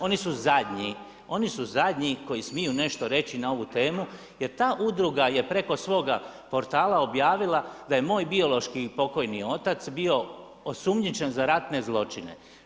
Oni su zadnji koji smiju nešto reći na ovu temu, jer ta udruga je preko svoga portala objavila, da je moj biološki pokojni otac, bio osumnjičen za ratne zločine.